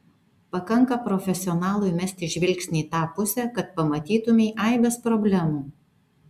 pakanka profesionalui mesti žvilgsnį į tą pusę kad pamatytumei aibes problemų